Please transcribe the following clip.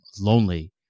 lonely